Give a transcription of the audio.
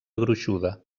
gruixuda